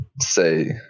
say